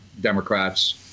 Democrats